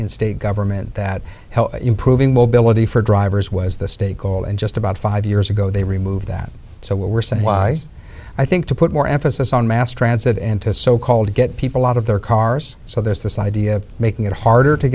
in state government that improving mobility for drivers was the state goal and just about five years ago they removed that so what we're saying wise i think to put more emphasis on mass transit and to so called get people out of their cars so there's this idea of making it harder to